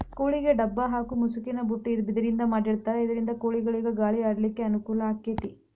ಕೋಳಿಗೆ ಡಬ್ಬ ಹಾಕು ಮುಸುಕಿನ ಬುಟ್ಟಿ ಬಿದಿರಿಂದ ಮಾಡಿರ್ತಾರ ಇದರಿಂದ ಕೋಳಿಗಳಿಗ ಗಾಳಿ ಆಡ್ಲಿಕ್ಕೆ ಅನುಕೂಲ ಆಕ್ಕೆತಿ